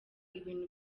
ibintu